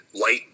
light